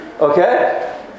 okay